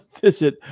visit